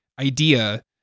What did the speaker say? idea